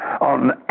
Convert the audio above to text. on